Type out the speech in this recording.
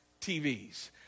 TVs